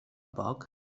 poc